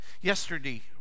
Yesterday